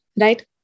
right